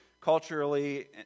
culturally